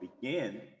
begin